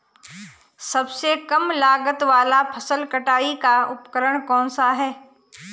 सबसे कम लागत वाला फसल कटाई का उपकरण कौन सा है?